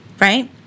right